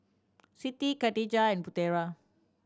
Siti Katijah and Putera